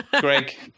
Greg